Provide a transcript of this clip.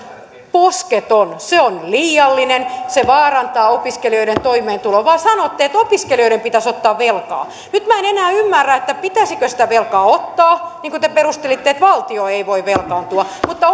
posketon se on liiallinen se vaarantaa opiskelijoiden toimeentulon vaan sanotte että opiskelijoiden pitäisi ottaa velkaa nyt minä en enää ymmärrä pitäisikö sitä velkaa ottaa niin kuin te perustelitte että valtio ei voi velkaantua mutta